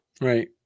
Right